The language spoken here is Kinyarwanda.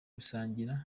gusangira